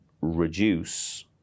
reduce